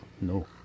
no